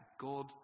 God